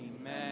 Amen